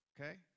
Okay